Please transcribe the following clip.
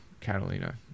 Catalina